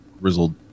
grizzled